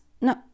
No